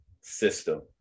system